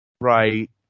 right